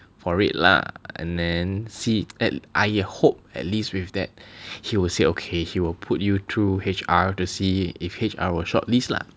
for it lah and then see at I hope at least with that he will say okay he will put you through H_R to see if H_R will shortlist lah